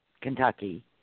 Kentucky